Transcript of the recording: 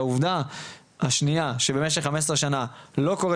העובדה השנייה שבמשך חמש עשרה שנה לא קורה